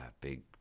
big